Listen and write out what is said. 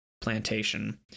plantation